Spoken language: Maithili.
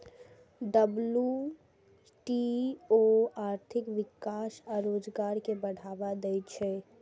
डब्ल्यू.टी.ओ आर्थिक विकास आ रोजगार कें बढ़ावा दै छै